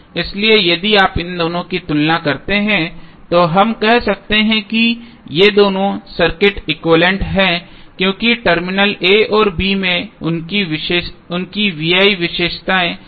इसलिए यदि आप इन दोनों की तुलना करते हैं तो हम कह सकते हैं कि ये दोनों सर्किट एक्विवैलेन्ट हैं क्योंकि टर्मिनल a और b में उनकी V I विशेषताएँ समान हैं